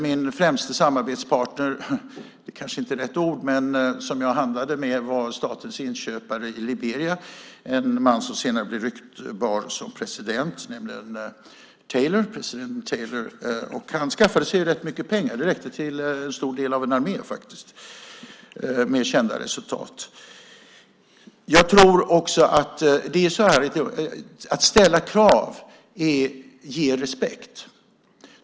Min främste samarbetspartner - det kanske inte är rätt ord för den person som jag handlade med - var statens inköpare i Liberia, en man som senare blev ryktbar som president Taylor. Han skaffade sig ju rätt mycket pengar. Det räckte till en stor del av en armé, faktiskt, med kända resultat. Att ställa krav ger respekt.